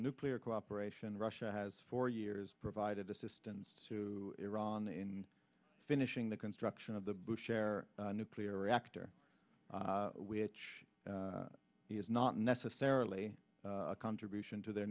nuclear cooperation russia has for years provided assistance to iran in finishing the construction of the share nuclear reactor which is not necessarily a contribution to their